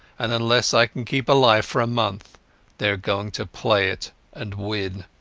and unless i can keep alive for a month they are going to play it and win